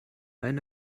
eine